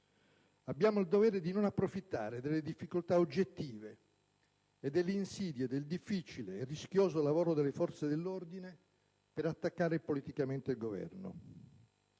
- ha il dovere di non approfittare delle difficoltà oggettive e delle insidie del difficile e rischioso lavoro delle forze dell'ordine per attaccare politicamente il Governo.